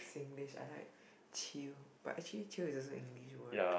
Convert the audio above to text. Singlish I like chill but actually chill is also English word